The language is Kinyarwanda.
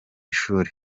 ishuri